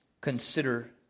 Consider